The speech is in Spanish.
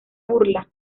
burla